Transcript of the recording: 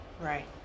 Right